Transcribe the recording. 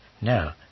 No